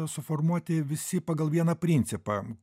suformuoti visi pagal vieną principą